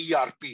ERP